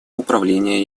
управления